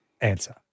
answer